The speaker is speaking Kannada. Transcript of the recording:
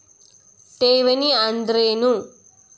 ಠೇವಣಿ ಅಂದ್ರೇನು?